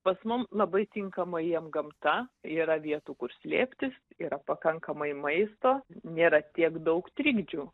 pas mum labai tinkama jiem gamta yra vietų kur slėptis yra pakankamai maisto nėra tiek daug trikdžių